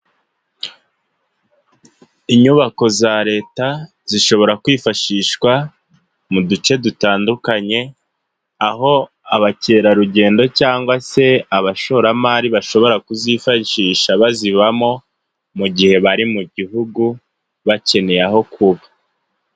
Inyubako za leta zishobora kwifashishwa mu duce dutandukanye, aho abakerarugendo cyangwa se abashoramari bashobora kuzifashisha bazibamo, mu gihe bari mu gihugu bakeneye aho kuba.